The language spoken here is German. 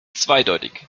zweideutig